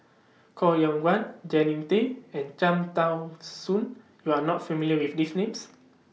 Koh Yong Guan Jannie Tay and Cham Tao Soon YOU Are not familiar with These Names